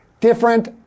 different